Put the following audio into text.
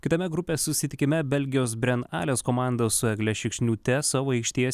kitame grupės susitikime belgijos brenales komanda su egle šikšniūte savo aikštėje